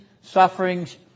sufferings